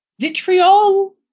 vitriol